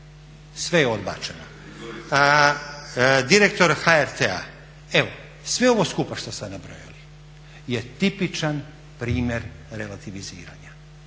Sve je odbačeno. Direktor HRT-a, evo sve ovo skupa što ste nabrojali je tipičan primjer relativiziranja.